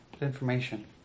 information